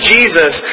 Jesus